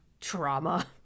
trauma